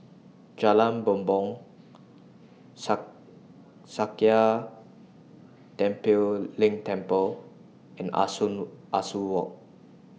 Jalan Bumbong Sakya Tenphel Ling Temple and Ah Soo Walk